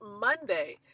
Monday